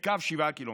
כקו 7 קילומטרים.